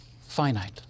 finite